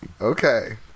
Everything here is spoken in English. okay